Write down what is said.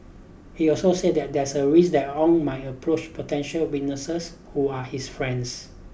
he also said there is a risk that Ong might approach potential witnesses who are his friends